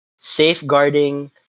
safeguarding